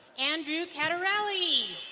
andrew cateraly.